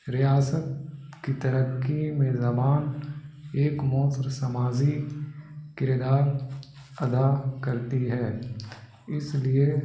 ریاست کی ترقی میں زبان ایک موثر سماازی کردار ادا کرتی ہے اس لیے